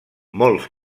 molts